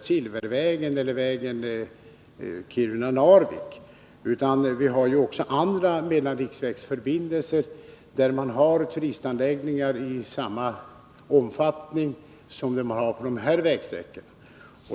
Silvervägen eller vägen Kiruna-Narvik, utan också andra mellanriksvägförbindelser har turistanläggningar av samma omfattning som dem som finns utefter de här vägsträckorna.